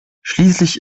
schließlich